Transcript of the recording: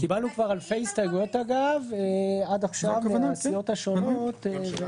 כבר קיבלנו אלפי הסתייגויות עד עכשיו מהסיעות השונות.